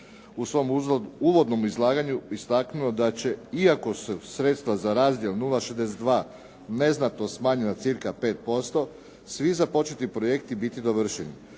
u svom uvodnom izlaganju istaknuo da će iako su sredstava za razdjel 0,62 neznatno smanjena na cca 5%, svi započeti projekti biti dovršeni.